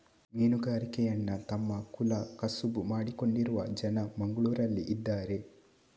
ಮೀನುಗಾರಿಕೆಯನ್ನ ತಮ್ಮ ಕುಲ ಕಸುಬು ಮಾಡಿಕೊಂಡಿರುವ ಜನ ಮಂಗ್ಳುರಲ್ಲಿ ಇದಾರೆ